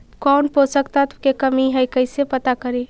कौन पोषक तत्ब के कमी है कैसे पता करि?